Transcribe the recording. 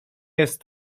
jest